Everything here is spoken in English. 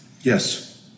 Yes